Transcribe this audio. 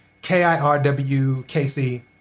K-I-R-W-K-C